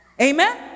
Amen